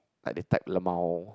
like they type lmao